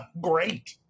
Great